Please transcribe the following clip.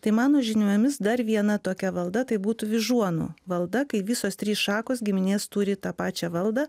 tai mano žiniomis dar viena tokia valda tai būtų vyžuonų valda kai visos trys šakos giminės turi tą pačią valdą